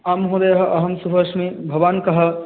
आं महोदयः अहं सुभाश्मि भवान् कः